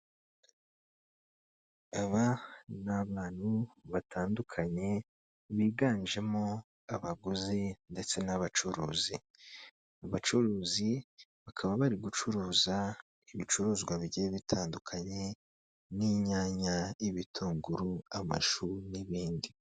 Aba ni abantu batandukanye biganjemo abaguzi ndetse n'abacuruzi, abacuruzi bakaba bari gucuruza ibicuruzwa bigiye bitandukanye, nk'inyanya, ibitunguru, amashu n'ibindi.